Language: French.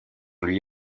lui